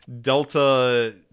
Delta